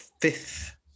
fifth